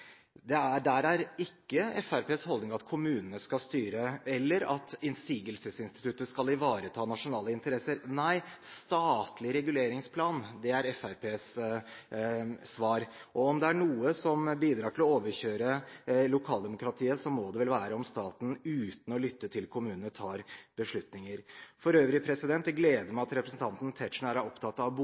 store veiprosjekter. Der er ikke Fremskrittspartiets holdning at kommunene skal styre, eller at innsigelsesinstituttet skal ivareta nasjonale interesser. Nei, statlig reguleringsplan er Fremskrittspartiets svar. Om det er noe som bidrar til å overkjøre lokaldemokratiet, må det vel være at staten – uten å lytte til kommunene – tar beslutninger. For øvrig: Det gleder meg at representanten Tetzschner er opptatt av